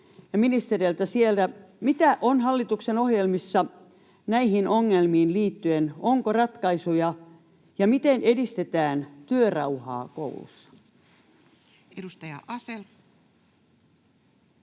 ministereiltä siellä: Mitä on hallituksen ohjelmissa näihin ongelmiin liittyen? Onko ratkaisuja? Ja miten edistetään työrauhaa koulussa? Edustaja Asell.